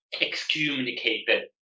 excommunicated